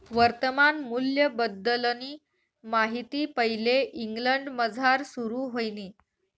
वर्तमान मूल्यबद्दलनी माहिती पैले इंग्लंडमझार सुरू व्हयनी